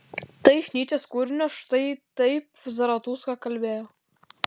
tai iš nyčės kūrinio štai taip zaratustra kalbėjo